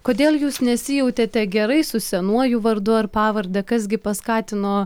kodėl jūs nesijautėte gerai su senuoju vardu ar pavarde kas gi paskatino